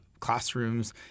Classrooms